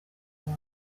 wawe